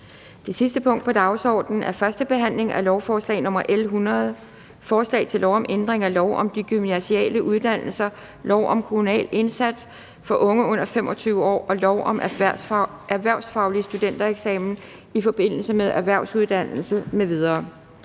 Det sidste punkt på dagsordenen er: 9) 1. behandling af lovforslag nr. L 100: Forslag til lov om ændring af lov om de gymnasiale uddannelser, lov om kommunal indsats for unge under 25 år og lov om erhvervsfaglig studentereksamen i forbindelse med erhvervsuddannelse (eux) m.v.